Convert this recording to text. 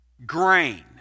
Grain